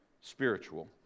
spiritual